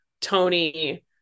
Tony